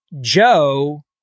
Joe